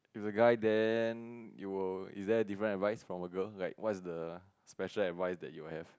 if it's a guy then you will is there a different advice from a girl like what's the special advice that you will have